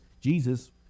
Jesus